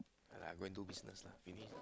yeah lah go and do business lah maybe